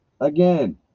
Again